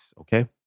Okay